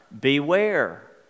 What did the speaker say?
beware